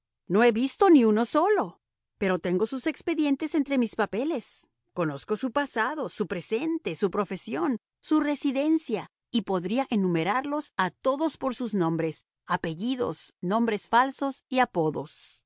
no he visto ni uno solo pero tengo sus expedientes entre mis papeles conozco su pasado su presente su profesión su residencia y podría enumerarlos a todos por sus nombres apellidos nombres falsos y apodos